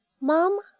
Mom